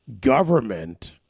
government